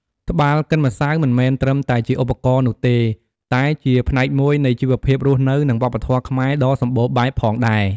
ត្បាល់កិនម្សៅមិនមែនត្រឹមតែជាឧបករណ៍នោះទេ តែជាផ្នែកមួយនៃជីវភាពរស់នៅ និងវប្បធម៌ខ្មែរដ៏សម្បូរបែបផងដែរ។